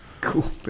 Cool